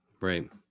Right